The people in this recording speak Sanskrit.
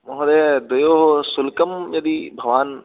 महोदयः द्वयोः शुल्कं यदि भवान्